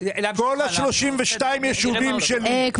כל ה-30 היישובים שלי --- טוב.